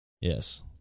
Yes